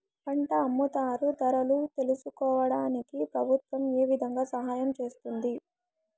పంట అమ్ముతారు ధరలు తెలుసుకోవడానికి ప్రభుత్వం ఏ విధంగా సహాయం చేస్తుంది?